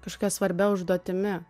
kažkokia svarbia užduotimi